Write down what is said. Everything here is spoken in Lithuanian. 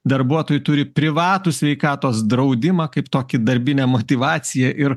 darbuotojai turi privatų sveikatos draudimą kaip tokį darbinę motyvaciją ir